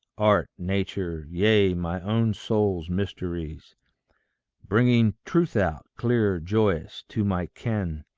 art, nature, yea, my own soul's mysteries bringing, truth out, clear-joyous, to my ken,